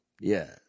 Yes